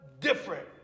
different